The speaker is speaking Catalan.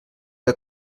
què